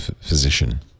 physician